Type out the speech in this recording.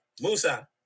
Musa